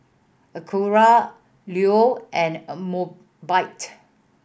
Acura Leo and Mobike